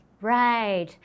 Right